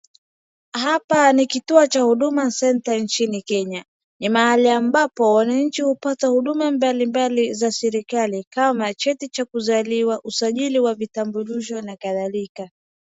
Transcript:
Hapa ni kituo cha huduma centre nchini Kenya. Ni mahali ambapo wananchi hupata huduma mbambali za serikali kama cheti cha kuzaliwa, usajili wa vitambulisho na kadhalika.